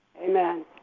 Amen